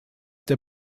der